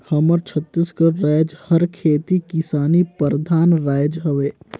हमर छत्तीसगढ़ राएज हर खेती किसानी परधान राएज हवे